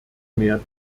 mehr